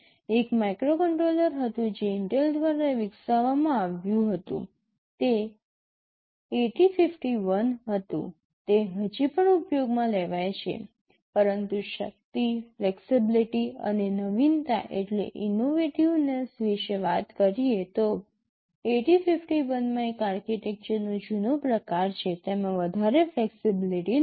એક માઇક્રોકન્ટ્રોલર હતું જે ઇન્ટેલ દ્વારા વિકસિત કરવામાં આવ્યું હતું તે ૮૦૫૧ હતું તે હજી પણ ઉપયોગમાં લેવાય છે પરંતુ શક્તિ ફ્લેક્સિબિલિટી અને નવીનતા વિશે વાત કરીએ તો ૮૦૫૧ માં એક આર્કિટેક્ચરનો જુનો પ્રકાર છે તેમાં વધારે ફ્લેક્સિબિલિટી નથી